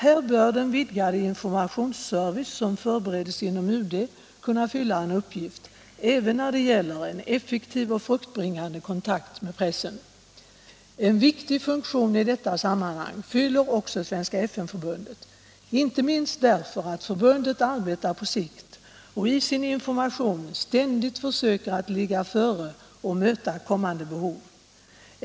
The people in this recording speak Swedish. Här bör den vidgade informationsservice som förbereds inom UD kunna fylla en uppgift även när det gäller en effektiv och fruktbringande kontakt med pressen. En viktig funktion i detta sammanhang fyller också Svenska FN-förbundet, inte minst därför att förbundet arbetar på sikt och i sin information ständigt försöker att ligga före och möta kommande behov.